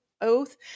oath